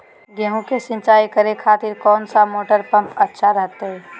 गेहूं के सिंचाई करे खातिर कौन सा मोटर पंप अच्छा रहतय?